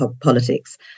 Politics